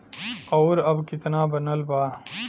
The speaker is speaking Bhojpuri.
और अब कितना बनल बा?